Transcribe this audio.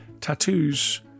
tattoos